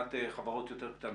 מבחינת יותר קטנות.